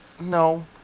no